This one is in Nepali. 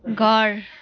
घर